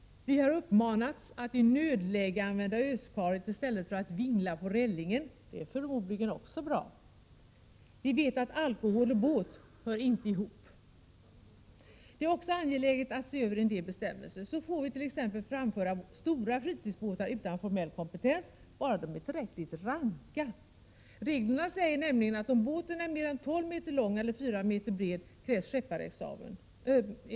Vi har uppmanats att i nödläge använda öskaret i stället för att vingla på relingen. Det är förmodligen också bra. Vi vet att alkohol och båt inte hör ihop. Det är också angeläget att se över en del bestämmelser. Man får t.ex. framföra stora fritidsbåtar utan formell kompetens, om de är tillräckligt ranka. Reglerna säger nämligen att om båten är mer än 12 meter lång eller 4 meter bred krävs skepparexamen.